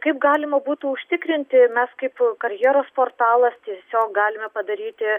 kaip galima būtų užtikrinti mes kaip karjeros portalas tiesiog galime padaryti